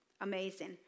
amazing